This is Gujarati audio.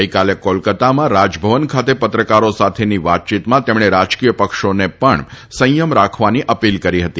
ગઈકાલે કોલકાતામાં રાજભવન ખાતે પત્રકારો સાથેની વાતચીતમાં તેમણે રાજકીય પક્ષોને પણ સંથમ જાળવવાની અપીલ કરી હતી